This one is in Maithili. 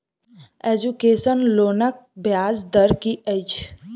एजुकेसन लोनक ब्याज दर की अछि?